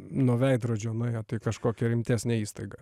nuo veidrodžio nuėjot į kažkokią rimtesnę įstaigą